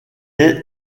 est